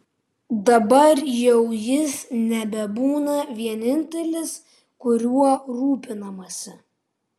dabar jau jis nebebūna vienintelis kuriuo rūpinamasi